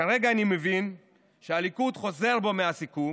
כרגע אני מבין שהליכוד חוזר בו מהסיכום